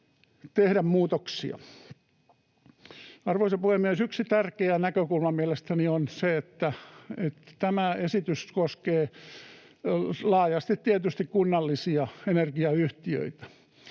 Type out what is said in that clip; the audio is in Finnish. tehdä muutoksia. Arvoisa puhemies! Yksi tärkeä näkökulma mielestäni on se, että tämä esitys koskee laajasti tietysti kunnallisia energiayhtiöitä.